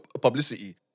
publicity